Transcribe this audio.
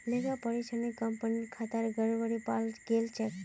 लेखा परीक्षणत कंपनीर खातात गड़बड़ी पाल गेल छ